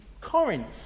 Corinth